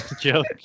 joke